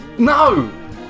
No